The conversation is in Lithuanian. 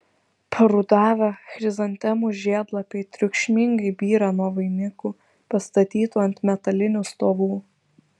parudavę chrizantemų žiedlapiai triukšmingai byra nuo vainikų pastatytų ant metalinių stovų